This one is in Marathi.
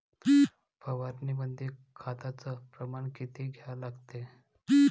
फवारनीमंदी खताचं प्रमान किती घ्या लागते?